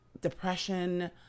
depression